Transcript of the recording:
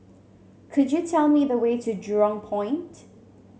could you tell me the way to Jurong Point